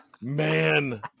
man